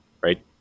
right